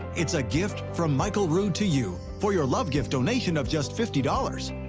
it's a gift from michael rood to you for your love gift donation of just fifty dollars.